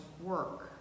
work